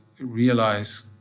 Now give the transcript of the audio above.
realize